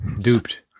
duped